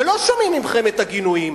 ולא שומעים מכם את הגינויים,